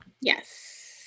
yes